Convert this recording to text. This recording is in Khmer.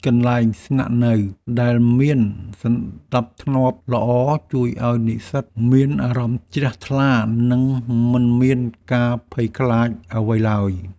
កន្លែងស្នាក់នៅដែលមានសណ្តាប់ធ្នាប់ល្អជួយឱ្យនិស្សិតមានអារម្មណ៍ជ្រះថ្លា និងមិនមានការភ័យខ្លាចអ្វីឡើយ។